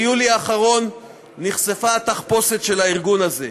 ביולי האחרון נחשפה התחפושת של הארגון הזה: